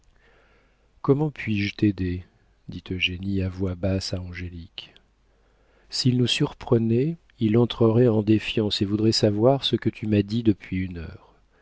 comment puis-je t'aider dit eugénie à voix basse à angélique s'il nous surprenait il entrerait en défiance et voudrait savoir ce que tu m'as dit depuis une heure